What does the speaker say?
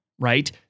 Right